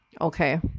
okay